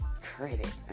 Credit